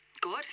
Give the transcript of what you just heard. Good